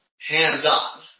hands-on